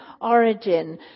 origin